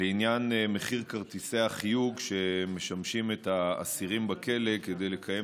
לעניין מחיר כרטיסי החיוג שמשמשים את האסירים בכלא כדי לקיים